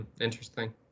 Interesting